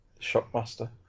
Shockmaster